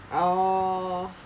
oh